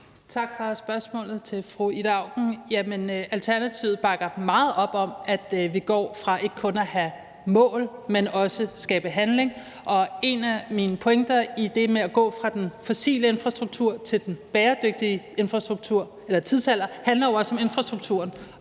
Auken for spørgsmålet. Alternativet bakker meget op om, at vi går fra kun at have mål til også at skabe handling, og en af mine pointer med det at gå fra den fossile tidsalder til den bæredygtige tidsalder handler jo også om infrastrukturen.